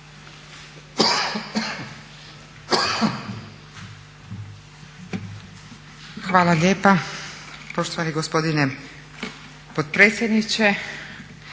Hvala lijepa poštovani gospodine potpredsjedniče,